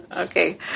Okay